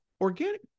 Organic